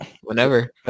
whenever